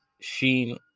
Sheen